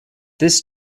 this